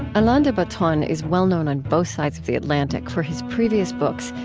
alain de botton is well-known on both sides of the atlantic for his previous books,